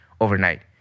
overnight